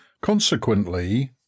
Consequently